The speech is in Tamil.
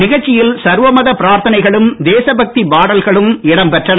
நிகழ்ச்சியில் சர்வமத பிராத்தனைகளும் தேசப் பக்தி பாடல்களும் இடம் பெற்றன